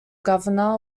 governor